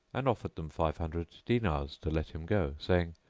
and offered them five hundred dinars to let him go, saying,